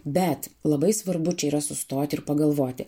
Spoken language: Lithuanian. bet labai svarbu čia yra sustoti ir pagalvoti